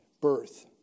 birth